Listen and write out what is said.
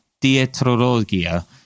dietrologia